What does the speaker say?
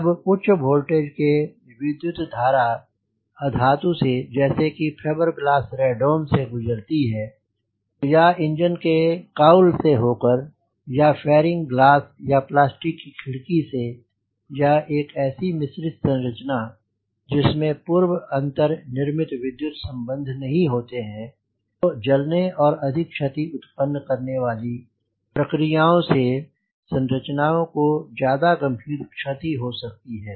जब उच्च वोल्टेज की विद्युत धारा अधातु से जैसे कि एक फिबरग्लॉस रेडोमे से गुजरती है तो या इंजन के कौल से होकर या फैरिंग ग्लास या प्लास्टिक की खिड़की से या एक ऐसी मिश्रित संरचना जिसमें पूर्व अंतर निर्मित विद्युत् संबंध नहीं होते हैं तो जलने और अधिक क्षति उत्पन्न करने वाली प्रक्रियाओं से संरचना को ज्यादा गंभीर क्षति हो सकती है